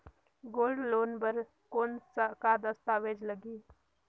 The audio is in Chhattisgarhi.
गोल्ड लोन बर कौन का दस्तावेज लगही?